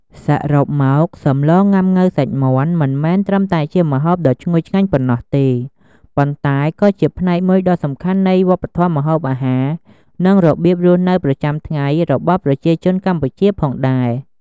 សរុបមក សម្លងុាំង៉ូវសាច់មាន់ មិនមែនត្រឹមតែជាម្ហូបដ៏ឈ្ងុយឆ្ងាញ់ប៉ុណ្ណោះទេ ប៉ុន្តែក៏ជាផ្នែកមួយដ៏សំខាន់នៃវប្បធម៌ម្ហូបអាហារ និងរបៀបរស់នៅប្រចាំថ្ងៃរបស់ប្រជាជនកម្ពុជាផងដែរ។